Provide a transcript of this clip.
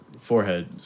forehead